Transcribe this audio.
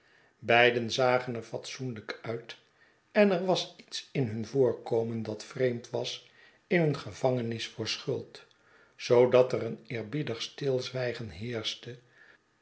beiden zagen er fatsoenlijk uit en er was lets in hun voorkomen dat vreemd was in een gevangenis voor schuld zoodat er een eerbiedig stilzwijgen heerschte